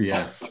Yes